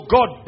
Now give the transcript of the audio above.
God